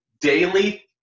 daily